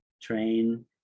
train